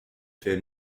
fait